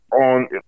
on